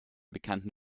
bekannten